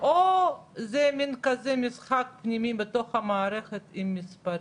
או זה מין כזה משחק פנימי בתוך המערכת עם מספרים?